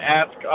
ask